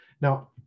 Now